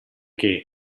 che